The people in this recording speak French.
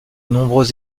nombreuses